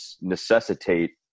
necessitate